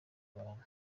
abantu